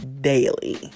daily